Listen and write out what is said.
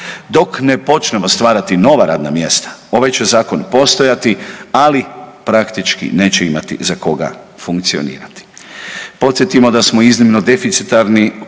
Dok ne počnemo stvarati nova radna mjesta ovaj će zakon postojati, ali praktički neće imati za koga funkcionirati. Podsjetimo da smo iznimno deficitarni,